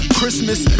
Christmas